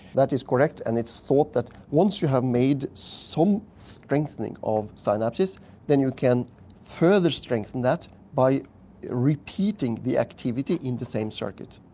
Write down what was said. that is correct, and it's thought that once you have made some strengthening of synapses then you can further strengthen that by repeating the activity in the same circuit.